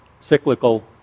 cyclical